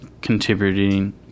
contributing